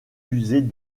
musées